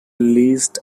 leased